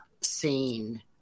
seen